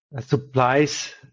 supplies